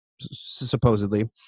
supposedly